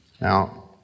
Now